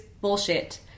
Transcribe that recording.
bullshit